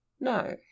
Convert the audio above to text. no